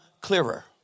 clearer